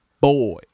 Boy